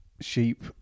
sheep